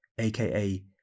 AKA